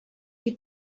you